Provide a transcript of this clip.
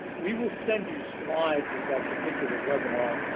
we will send you slides of that particular webinar,